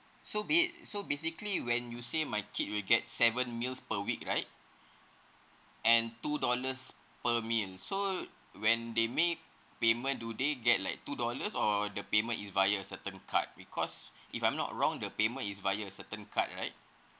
so be it so basically when you say my kid will get seven meals per week right and two dollars per meal so when they make payment do they get like two dollars or the payment is via certain card because if I'm not wrong the payment is via a certain card right